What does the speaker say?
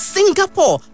Singapore